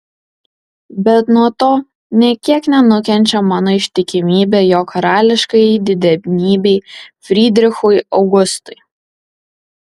bet nuo to nė kiek nenukenčia mano ištikimybė jo karališkajai didenybei frydrichui augustui